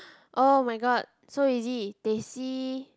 oh-my-god so easy teh C